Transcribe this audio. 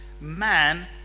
man